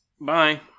Bye